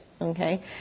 Okay